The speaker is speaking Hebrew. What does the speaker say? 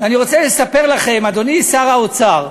אני רוצה לספר לכם, אדוני שר האוצר,